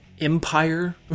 empire